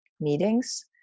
meetings